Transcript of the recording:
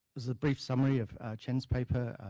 is a brief summary of jim's paper,